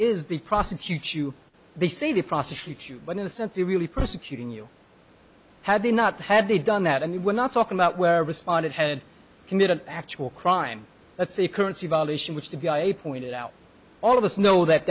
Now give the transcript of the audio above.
is the prosecute you they say they prosecute but in a sense they really persecuting you had they not had they done that and we're not talking about where responded had committed actual crime that's a currency violation which the guy pointed out all of us know that